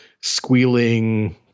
squealing